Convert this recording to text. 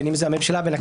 בין אם זה הממשלה והכנסת,